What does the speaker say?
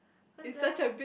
who's gonna